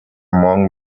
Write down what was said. among